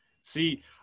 See